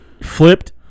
flipped